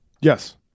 yes